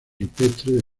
rupestres